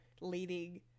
leading